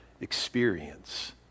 experience